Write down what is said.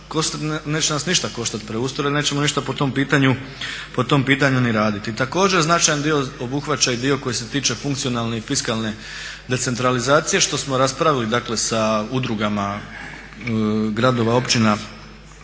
neće nas ništa koštati preustroj jer nećemo ništa po tom pitanju ni raditi. Također značajan dio obuhvaća i dio koji se tiče funkcionalne i fiskalne decentralizacije što smo raspravili dakle sa udrugama gradova, općina